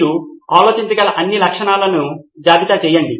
మీరు ఆలోచించగల అన్ని లక్షణాలను జాబితా చేయండి